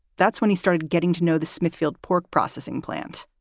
that's when he started getting to know the smithfield pork processing plant.